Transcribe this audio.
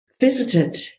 visited